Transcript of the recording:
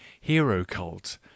hero-cult